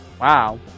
Wow